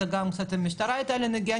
גם עם המשטרה הייתה לי נגיעה,